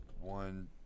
One